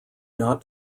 not